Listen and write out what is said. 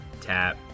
tap